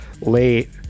late